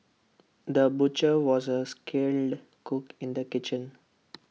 the butcher was also A skilled cook in the kitchen